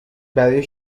برای